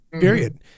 period